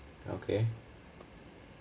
okay